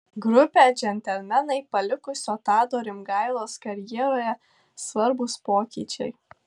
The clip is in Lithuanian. grupę džentelmenai palikusio tado rimgailos karjeroje svarbūs pokyčiai